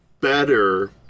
better